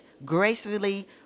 gracefully